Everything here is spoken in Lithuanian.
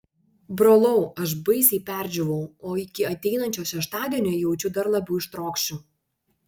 brolau aš baisiai perdžiūvau o iki ateinančio šeštadienio jaučiu dar labiau ištrokšiu